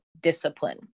discipline